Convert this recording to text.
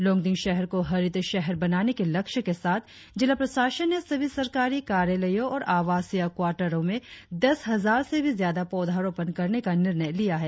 लोंगडिंग शहर को हरित शहर बनाने के लक्ष्य के साथ जिला प्रशासन ने सभी सरकारी कार्यालयों और आवासीय क्वाटरों में दस हजार से भी ज्यादा पौधारोपण करने का निर्णय लिया है